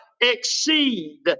exceed